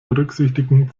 berücksichtigen